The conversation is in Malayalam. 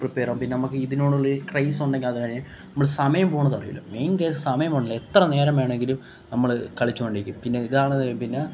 പ്രിപ്പേറാക്കും പിന്നെ നമ്മൾക്ക് ഇതിനോടുള്ള ക്രേയ്സ് ഉണ്ടെങ്കിൽ അതിനോടുള്ര ഒരു ക്രേയ്സുണ്ടെങ്കിൽ അത് കഴിഞ്ഞ് നമ്മൾ സമയം പോകുന്നതറിയില്ല മെയിൻ കേസ് സമയം പോണില്ല എത്ര നേരം വേണമെങ്കിലും നമ്മള് കളിച്ച് കൊണ്ടിരിക്കും പിന്നെ ഇതാണ് പിന്നെ